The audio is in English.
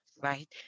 right